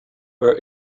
were